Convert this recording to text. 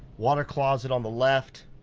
water closet on the left,